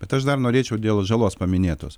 bet aš dar norėčiau dėl žalos paminėtos